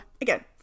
again